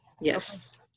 Yes